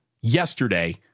yesterday